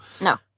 no